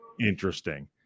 interesting